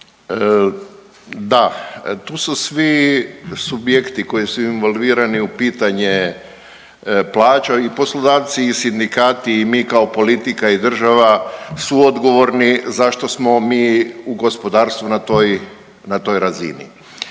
Da, tu su svi subjekti koji su involvirani u pitanje plaća i poslodavci i sindikati i mi kao politika i država su odgovorni zašto smo mi u gospodarstvu na toj razini.